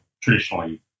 traditionally